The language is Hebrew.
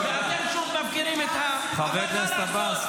ואתם שוב מפקירים את --- חבר הכנסת עבאס,